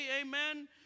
amen